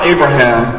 Abraham